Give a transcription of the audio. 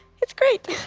it's great!